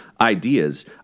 ideas